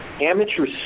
Amateur